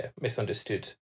misunderstood